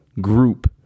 group